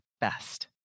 best